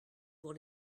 pour